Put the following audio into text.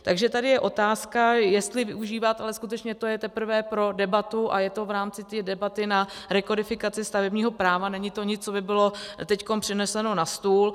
Takže tady je otázka, jestli využívat ale skutečně to je teprve pro debatu a je to v rámci té debaty na rekodifikaci stavebního práva, není to nic, co by bylo teď přineseno na stůl.